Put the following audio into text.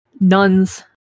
nuns